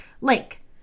link